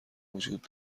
وجود